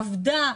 עבדה,